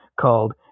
called